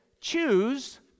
choose